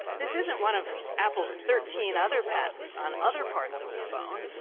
this isn't one of apple's thirteen other patents on other parts of the phone,